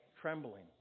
trembling